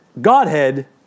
Godhead